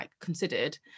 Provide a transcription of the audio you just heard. considered